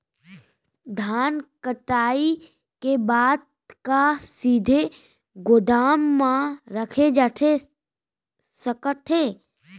धान कटाई के बाद का सीधे गोदाम मा रखे जाथे सकत हे?